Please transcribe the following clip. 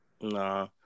nah